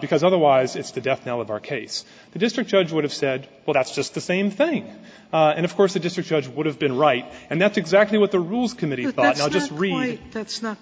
because otherwise it's the death knell of our case the district judge would have said well that's just the same thing and of course the district judge would have been right and that's exactly what the rules committee that's just really that's not